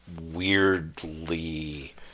weirdly